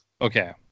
Okay